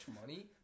money